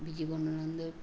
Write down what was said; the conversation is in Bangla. জীবনানন্দর